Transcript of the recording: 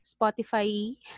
spotify